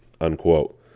unquote